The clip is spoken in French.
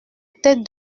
tête